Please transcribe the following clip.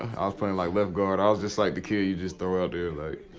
i was playing, like, left guard. i was just like the kid you just throw out there, like,